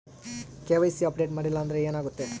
KYC update ಮಾಡಿಲ್ಲ ಅಂದ್ರೆ ಏನಾಗುತ್ತೆ?